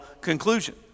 conclusion